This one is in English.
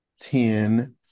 ten